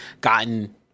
gotten